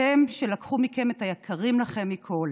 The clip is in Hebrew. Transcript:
אתם, שלקחו מכם את היקרים לכם מכול,